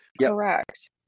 Correct